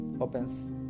opens